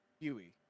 huey